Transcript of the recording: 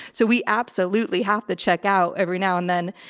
so we absolutely have to check out every now and then.